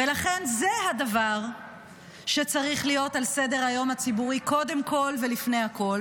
ולכן זה הדבר שצריך להיות על סדר-היום הציבורי קודם כול ולפני הכול.